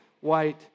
white